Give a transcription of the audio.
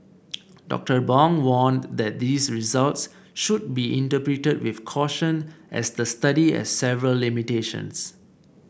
Doctor Bong warned that these results should be interpreted with caution as the study has several limitations